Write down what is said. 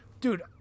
dude